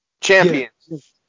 champions